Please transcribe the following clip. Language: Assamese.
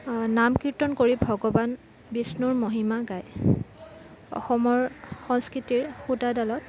নাম কীৰ্তন কৰি ভগৱান বিষ্ণুৰ মহিমা গায় অসমৰ সংস্কৃতিৰ সূতাদালত